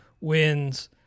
wins